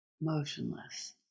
motionless